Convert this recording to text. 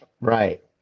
Right